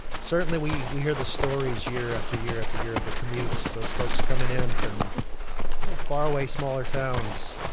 certainly, we we hear the stories, year after year after year, of the commutes of those folks coming in from far away smaller towns.